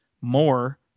more